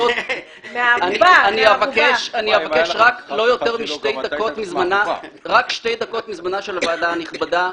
--- אני מבקש רק שתי דקות מזמנה של הוועדה הנכבדה.